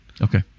Okay